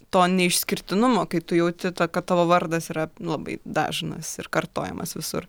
to neišskirtinumo kai tu jauti tą kad tavo vardas yra labai dažnas ir kartojamas visur